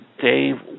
Dave